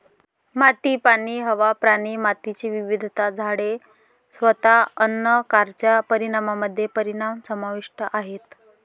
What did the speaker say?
माती, पाणी, हवा, प्राणी, मातीची विविधता, झाडे, स्वतः अन्न कारच्या परिणामामध्ये परिणाम समाविष्ट आहेत